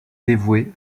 dévoué